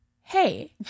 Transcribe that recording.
hey